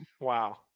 Wow